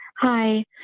Hi